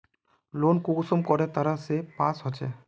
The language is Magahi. लोन कुंसम करे तरह से पास होचए?